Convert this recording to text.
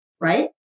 right